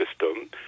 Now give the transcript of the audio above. system